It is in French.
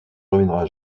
reviendra